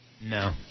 No